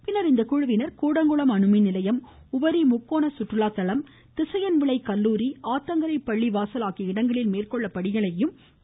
பின்னர் இக்குழுவினர் கூடங்குளம் அணுமின்நிலையம் உவரி முக்கோண சுற்றுலா தளம் திசையன்விளை கல்லூரி ஆத்தங்கரை பள்ளிவாசல் ஆகிய இடங்களில் மேற்கொள்ளப்படும் பணிகளையும் பார்வையிட்டனர்